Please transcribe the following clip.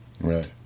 Right